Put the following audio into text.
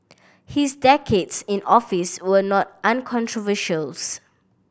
his decades in office were not uncontroversial